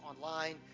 online